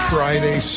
Friday